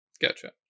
Gotcha